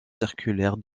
circulaire